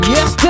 Yes